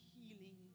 healing